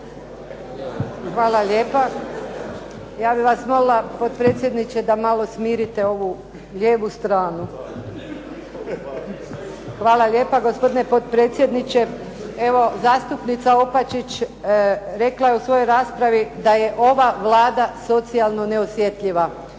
Hvala lijepa. Ja bih vas molila potpredsjedniče da malo smirite ovu lijevu stranu. Hvala lijepa gospodine potpredsjedniče. Evo, zastupnica Opačić rekla je u svojoj raspravi da je ova Vlada socijalno neosjetljiva.